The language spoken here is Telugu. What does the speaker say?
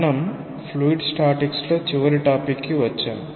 మనం ఫ్లూయిడ్ స్టాటిక్స్ లో చివరి టాపిక్ కి వచ్చాము